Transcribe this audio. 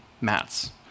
mats